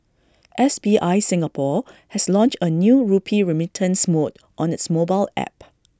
S B I Singapore has launched A new rupee remittance mode on its mobile app